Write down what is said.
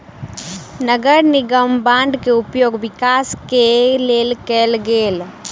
नगर निगम बांड के उपयोग विकास के लेल कएल गेल